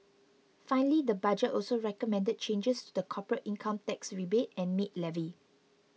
finally the budget also recommended changes to the corporate income tax rebate and maid levy